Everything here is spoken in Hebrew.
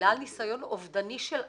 בגלל ניסיון אובדני של אסיר,